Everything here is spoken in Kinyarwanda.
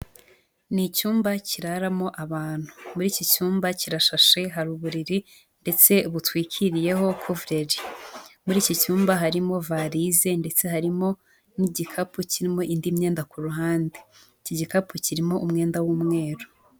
Ni icyumba kiraramo abantu, muri iki cyumba kirashashe hari uburiri ndetse butwikiriyeho kuvureri, muri iki cyumba harimo varize ndetse harimo n'igikapu kirimo indi myenda ku ruhande, iki gikapu kirimo umwenda w'umweru.